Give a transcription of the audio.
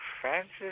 Francis